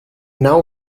now